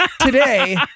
today